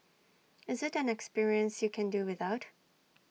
is IT an experience you can do without